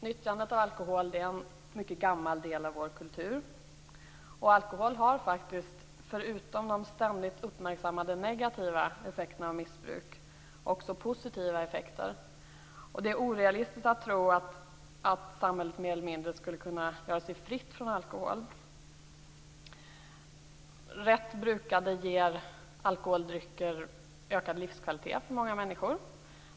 Nyttjandet av alkohol är en mycket gammal del av vår kultur. Alkohol har faktiskt, förutom de ständigt uppmärksammade negativa effekterna när det gäller missbruk, också positiva effekter. Det är orealistiskt att tro att samhället mer eller mindre skulle kunna göra sig fritt från alkohol. Rätt brukade ger alkoholdrycker ökad livskvalitet för många människor.